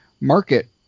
market